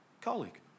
colleague